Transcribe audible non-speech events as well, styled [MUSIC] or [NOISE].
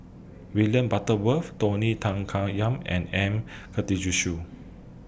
William Butterworth Tony Tan [UNINTELLIGIBLE] Yam and M Karthigesu